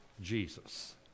Jesus